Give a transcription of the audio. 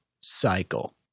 cycle